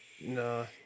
No